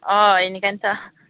अ एनिखायनोथ'